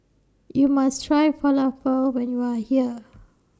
YOU must Try Falafel when YOU Are here